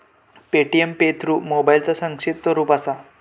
Paytm pay through मोबाईलचा संक्षिप्त रूप असा